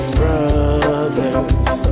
brothers